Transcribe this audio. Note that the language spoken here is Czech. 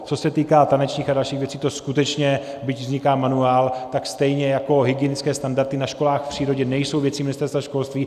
Co se týká tanečních a dalších věcí, to skutečně, byť vzniká manuál, tak stejně jako hygienické standardy na školách v přírodě nejsou věcí Ministerstva školství.